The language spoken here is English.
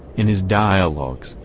in his dialogues,